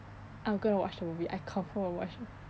I'm gonna watch the movie I confirm will watch